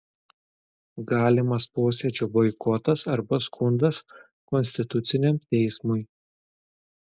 galimas posėdžio boikotas arba skundas konstituciniam teismui